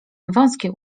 wąskie